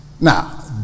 Now